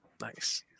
Nice